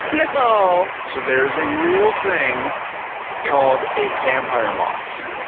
no! so there is a real thing called a vampire moth.